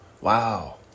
Wow